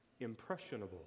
impressionable